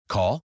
Call